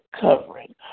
covering